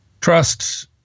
trust